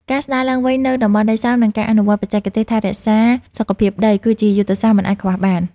ការស្តារឡើងវិញនូវតំបន់ដីសើម និងការអនុវត្តបច្ចេកទេសថែរក្សាសុខភាពដី គឺជាយុទ្ធសាស្ត្រមិនអាចខ្វះបាន។